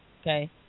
Okay